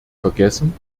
vergessen